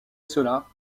cela